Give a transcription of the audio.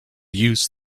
use